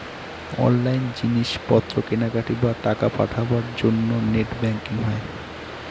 online জিনিস পত্র কেনাকাটি, বা টাকা পাঠাবার জন্য নেট ব্যাঙ্কিং হয়